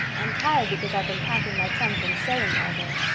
i'm tired because i've been packing my trunk and sewing all day.